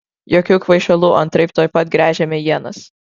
jokių kvaišalų antraip tuoj pat gręžiame ienas